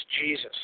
Jesus